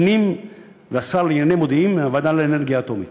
פנים והשר לענייני מודיעין והוועדה לאנרגיה אטומית.